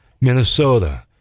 Minnesota